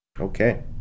Okay